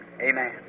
Amen